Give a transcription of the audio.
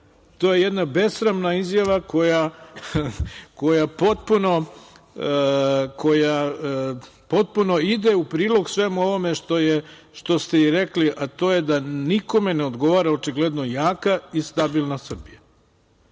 To je jedna besramna izjava koja potpuno ide u prilog svemu ovome što ste rekli, a to je da nikome ne odgovara očigledno jaka i stabilna Srbija. Na